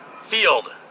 field